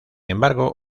embargo